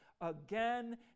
again